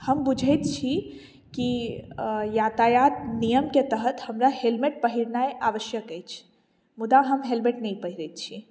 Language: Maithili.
हम बुझैत छी कि यातायात नियमके तहत हमरा हेलमेट पहिरनाइ आवश्यक अछि मुदा हम हेलमेट नहि पहिरैत छी